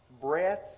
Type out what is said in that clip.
breath